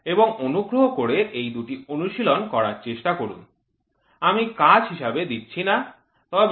এবং অনুগ্রহ করে এই দুটি অনুশীলন করার চেষ্টা করুন আমি কাজ হিসাবে দিচ্ছি না তবে আমার কাছে জমা দেবেন